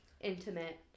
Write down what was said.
intimate